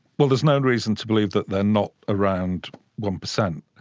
well, there's no reason to believe that they are not around one percent.